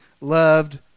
loved